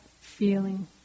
feeling